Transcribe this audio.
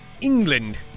England